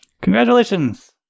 Congratulations